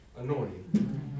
anointing